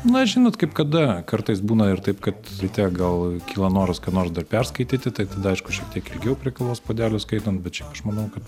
na žinot kaip kada kartais būna ir taip kad ryte gal kyla noras ką nors dar perskaityti tai tada aišku šiek tiek ilgiau prie kavos puodelio skaitant bet šiaip aš manau kad